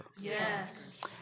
Yes